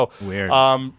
Weird